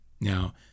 Now